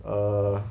err